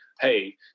hey